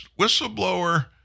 whistleblower